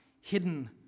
hidden